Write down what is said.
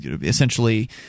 essentially